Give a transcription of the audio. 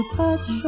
touch